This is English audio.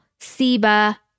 SIBA